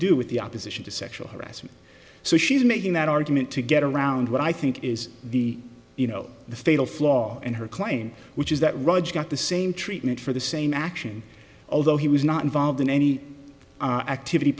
do with the opposition to sexual harassment so she's making that argument to get around what i think is the you know the fatal flaw in her claim which is that roger got the same treatment for the same action although he was not involved in any activity